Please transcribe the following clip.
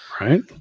Right